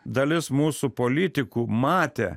dalis mūsų politikų matė